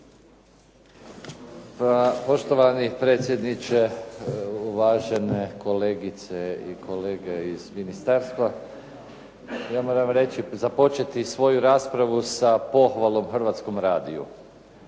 poštovani predsjedniče, uvažene kolegice i kolege iz ministarstva. Ja moram reći, započeti svoju raspravu sa pohvalom Hrvatskom radiju.